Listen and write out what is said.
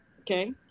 Okay